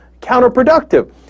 counterproductive